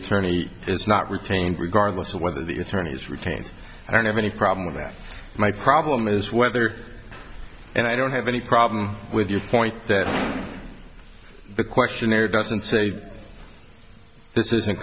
attorney is not retained regardless of whether the attorneys retained i don't have any problem with that my problem is whether and i don't have any problem with your point that the questionnaire doesn't say this isn't